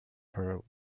per